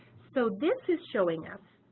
so this is showing us